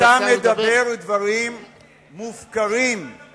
אתה מדבר דברים מופקרים.